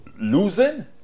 losing